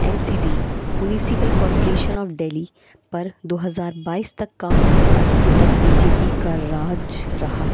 M C D municipal corporation of Delhi پر دو ہزار بائیس تک کافی عرصے تک بی جے پی کا راج رہا